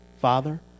Father